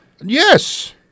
Yes